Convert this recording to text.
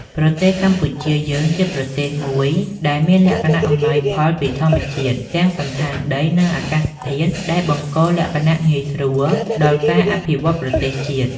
ប្រទេសកម្ពុជាយើង ជាប្រទេសមួយដែលមានលក្ខណៈអំណោយផលពីធម្មជាតិ ទាំងសណ្ឋានដី និង អាកាសធាតុ ដែលបង្ករលក្ខណះងាយស្រួល ដល់ការអភិវឌ្ឍប្រទេសជាតិ ។